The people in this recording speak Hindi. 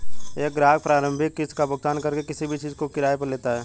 एक ग्राहक प्रारंभिक किस्त का भुगतान करके किसी भी चीज़ को किराये पर लेता है